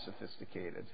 sophisticated